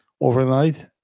overnight